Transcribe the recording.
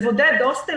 לבודד הוסטל,